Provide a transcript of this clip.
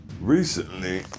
recently